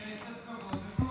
כסף, כבוד וכוח.